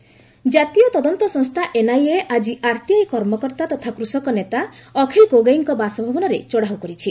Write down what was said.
NIA raids ଜାତୀୟ ତଦନ୍ତ ସଂସ୍ଥା ଏନ୍ଆଇଏ ଆଜି ଆର୍ଟିଆଇ କର୍ମକର୍ତ୍ତା ତଥା କୃଷକ ନେତା ଅଖିଲ୍ ଗୋଗୋଇଙ୍କ ବାସଭବନରେ ଚଢ଼ଉ କରିଛି